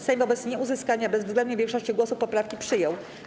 Sejm wobec nieuzyskania bezwzględnej większości głosów poprawki przyjął.